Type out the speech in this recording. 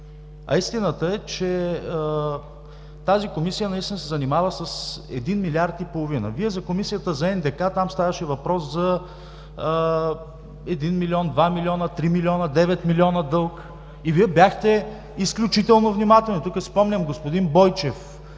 А истината е, че тази Комисия наистина се занимава с един милиард и половина. За Комисията за НДК ставаше въпрос за един милион, два милиона, три милиона, девет милиона дълг и Вие бяхте изключително внимателни. Тук си спомням господин Бойчев,